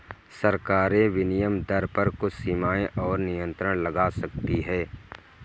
सरकारें विनिमय दर पर कुछ सीमाएँ और नियंत्रण लगा सकती हैं